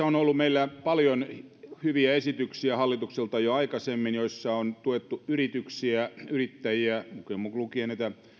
on ollut meillä paljon hyviä esityksiä hallitukselta jo aikaisemmin joissa on tuettu yrityksiä ja yrittäjiä mukaan lukien